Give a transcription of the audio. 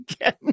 again